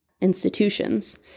institutions